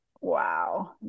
wow